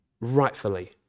rightfully